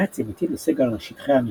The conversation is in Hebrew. הנאצים הטילו סגר על שטחי המפעלים,